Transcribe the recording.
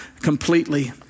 completely